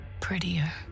prettier